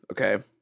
Okay